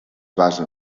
basa